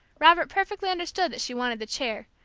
robert perfectly understood that she wanted the chair,